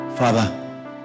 Father